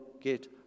get